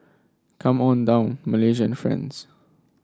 come on down Malaysian friends